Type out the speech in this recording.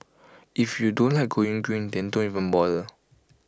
if you don't like going green then don't even bother